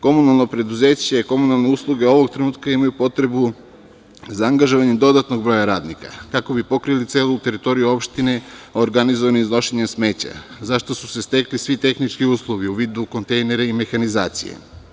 Komunalno preduzeće, komunalne usluge ovog trenutka imaju potrebu za angažovanjem dodatnog broja radnika kako bi pokrili celu teritoriju opštine, organizovanjem, iznošenjem smeća za šta su se stekli svi tehnički uslovi u vidu kontejnera i mehanizacije.